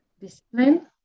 discipline